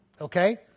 okay